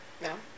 No